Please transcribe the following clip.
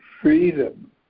freedom